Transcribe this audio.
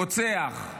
רוצח,